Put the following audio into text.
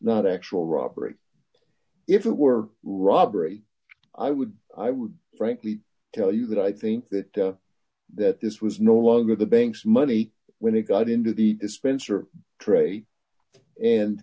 not actual robbery if it were robbery i would i would frankly tell you that i think that that this was no longer the bank's money when it got into the dispenser tray and